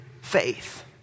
Faith